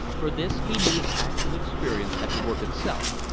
for this he needs actual experience at the work itself,